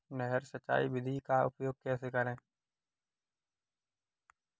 नहर सिंचाई विधि का उपयोग कैसे करें?